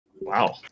Wow